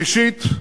שלישית,